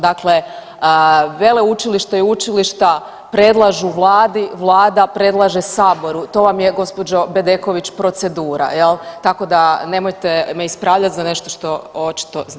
Dakle, veleučilište i učilišta predlažu vladi, vlada predlaže saboru, to vam je gospođo Bedeković procedura jel, tako da nemojte me ispravljat za nešto što očito znam.